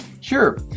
Sure